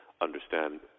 understand